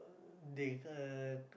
they uh